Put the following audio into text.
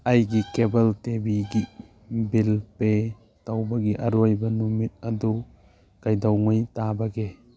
ꯑꯩꯒꯤ ꯀꯦꯕꯜ ꯇꯤ ꯚꯤꯒꯤ ꯕꯤꯜ ꯄꯦ ꯇꯧꯕꯒꯤ ꯑꯔꯣꯏꯕ ꯅꯨꯃꯤꯠ ꯑꯗꯨ ꯀꯩꯗꯧꯉꯩ ꯇꯥꯕꯒꯦ